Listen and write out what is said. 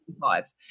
five